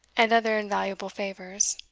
and other invaluable favours